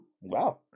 Wow